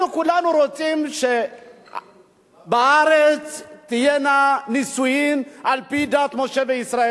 אנחנו כולנו רוצים שבארץ יהיו נישואים על-פי דת משה וישראל,